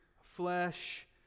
flesh